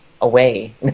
away